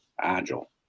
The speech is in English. agile